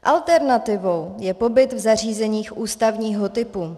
Alternativou je pobyt v zařízeních ústavního typu.